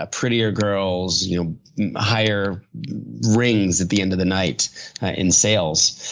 ah pretty ah girls, you know higher rings at the end of the night in sales.